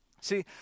See